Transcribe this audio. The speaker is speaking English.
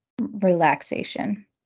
relaxation